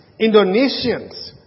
Indonesians